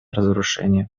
разоружение